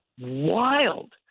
wild